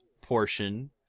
portion